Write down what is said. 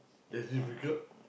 that's difficult